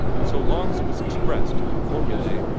so long as it was expressed in formulae.